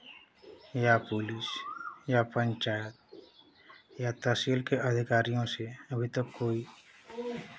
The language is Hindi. या पुलिस या पंचायत या तहसील के अधिकारियों से अभी तक कोई